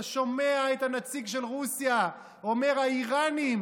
אתה שומע את הנציג של רוסיה אומר: האיראנים